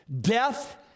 Death